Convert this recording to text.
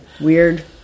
weird